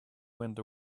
went